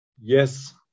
Yes